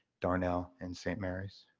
darnall, and st. mary's.